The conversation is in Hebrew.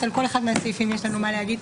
על כל אחד מהסעיפים יש לנו מה להגיד.